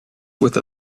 with